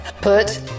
Put